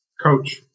coach